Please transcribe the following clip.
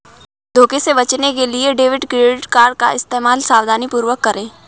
धोखे से बचने के लिए डेबिट क्रेडिट कार्ड का इस्तेमाल सावधानीपूर्वक करें